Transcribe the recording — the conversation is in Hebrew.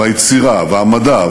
והיצירה והמדע,